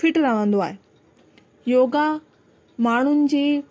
fit रहंदो आहे yoga माण्हूनि जी